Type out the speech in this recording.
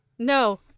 No